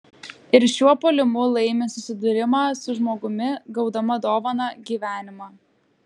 ir šiuo puolimu laimi susidūrimą su žmogumi gaudama dovaną gyvenimą